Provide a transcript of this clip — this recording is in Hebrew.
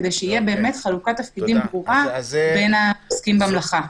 כדי שתהיה חלוקת תפקידים ברורה בין העוסקים במלאכה.